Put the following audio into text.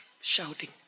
shouting